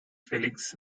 felix